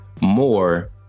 more